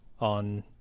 on